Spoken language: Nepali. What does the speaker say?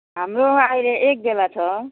हाम्रो अहिले एक बेला छ